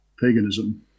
paganism